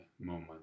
moment